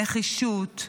נחישות,